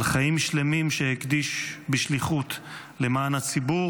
על חיים שלמים שהקדיש בשליחות למען הציבור